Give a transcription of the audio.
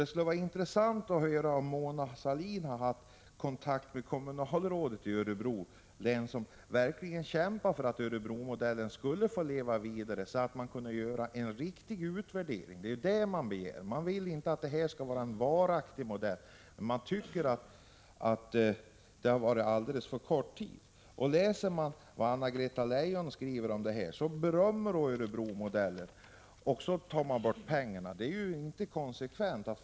Det skulle vara intressant att höra om Mona Sahlin haft kontakt med kommunalrådet i Örebro län, som verkligen kämpat för att Örebromodellen skulle få leva vidare, så att man kunde göra en riktig utvärdering — det är det man begär; man vill inte att det här skall vara en varaktig modell, men man tycker att den har tillämpats alldeles för kort tid. Anna-Greta Leijon berömmer i det hon skriver om Örebromodellen, och så tar man bort pengarna! Det är ju inte konsekvent.